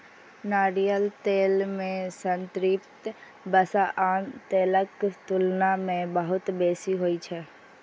नारियल तेल मे संतृप्त वसा आन तेलक तुलना मे बहुत बेसी होइ छै